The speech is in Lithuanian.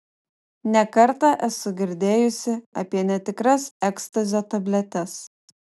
ne kartą esu girdėjusi apie netikras ekstazio tabletes